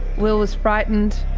will was frightened,